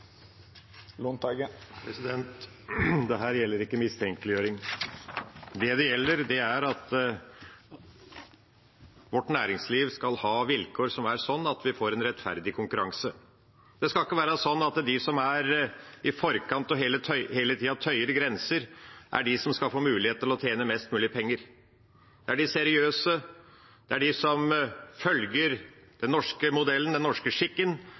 gjelder ikke mistenkeliggjøring. Det det gjelder, er at vårt næringsliv skal ha vilkår som er sånn at vi får en rettferdig konkurranse. Det skal ikke være sånn at de som er i forkant og hele tida tøyer grenser, er de som skal få mulighet til å tjene mest mulig penger. Det er de seriøse, det er de som følger den norske modellen, den norske skikken,